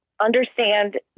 understand